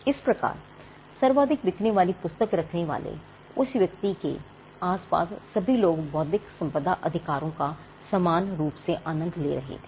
इस प्रकार सर्वाधिक बिकने वाली पुस्तक रखने वाले उस व्यक्ति के आसपास सभी लोग बौद्धिक संपदा अधिकारों का समान रूप से आनंद ले रहे थे